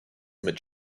mit